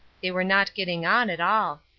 they were not getting on at all.